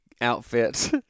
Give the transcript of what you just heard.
outfit